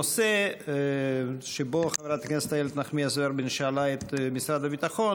הנושא שבו חברת הכנסת איילת נחמיאס ורבין שאלה את משרד הביטחון: